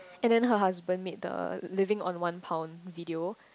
and then her husband made the living on one pound video